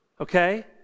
okay